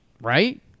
Right